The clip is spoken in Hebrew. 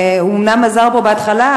ואומנם הוא עזר פה בהתחלה.